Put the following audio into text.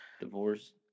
Divorce